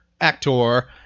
actor